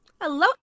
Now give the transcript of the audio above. Hello